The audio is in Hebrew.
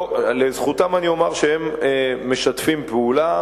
לזכותם אני אומר שהם משתפים פעולה,